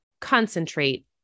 concentrate